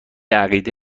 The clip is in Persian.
اراده